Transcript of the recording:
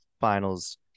Finals